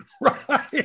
right